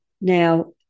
Now